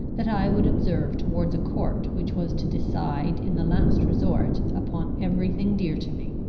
that i would observe towards a court which was to decide in the last resort upon every thing dear to me.